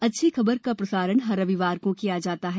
अच्छी खबर का प्रसारण हर रविवार को किया जाता है